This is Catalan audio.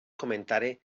comentari